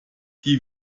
die